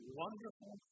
wonderful